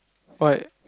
what